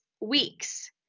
weeks